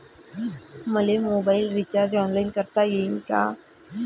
मले mobile recharge online करता येईन का?